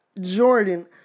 Jordan